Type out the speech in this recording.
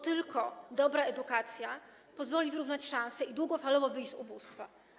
Tylko dobra edukacja pozwoli wyrównać szanse i długofalowo wyjść z ubóstwa.